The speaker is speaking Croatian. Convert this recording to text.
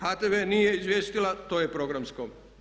HTV nije izvijestila, to je programsko.